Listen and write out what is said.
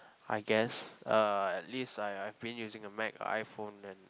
I guess uh at least I I've been using a Mac iPhone then